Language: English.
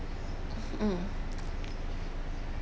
um